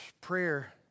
prayer